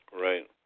Right